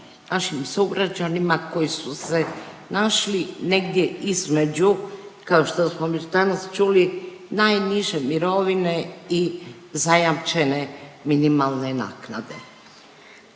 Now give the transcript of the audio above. našim sugrađanima koji su se našli negdje između kao što smo već danas čuli, najniže mirovine i zajamčene minimalne naknade.